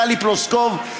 טלי פלוסקוב,